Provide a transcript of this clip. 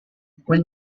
when